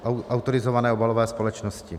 AOS = autorizované obalové společnosti.